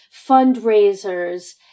fundraisers